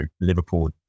Liverpool